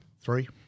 Three